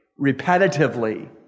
repetitively